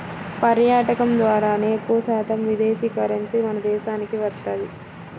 పర్యాటకం ద్వారానే ఎక్కువశాతం విదేశీ కరెన్సీ మన దేశానికి వత్తది